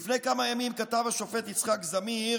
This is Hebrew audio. לפני כמה ימים כתב השופט יצחק זמיר